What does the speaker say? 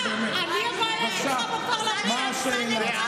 למה שאנחנו שואלים?